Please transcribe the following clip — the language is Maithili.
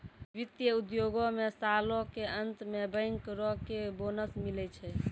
वित्त उद्योगो मे सालो के अंत मे बैंकरो के बोनस मिलै छै